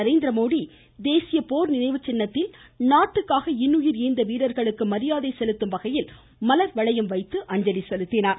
நரேந்திரமோடி தேசிய போர் நினைவுச்சின்னத்தில் நாட்டுக்காக இன்னுயிர் ஈந்த வீரர்களுக்கு மரியாதை செலுத்தும் வகையில் மலர்வளையம் வைத்து அஞ்சலி செலுத்தினார்